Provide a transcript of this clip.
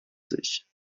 sich